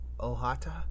Ohata